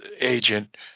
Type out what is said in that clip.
agent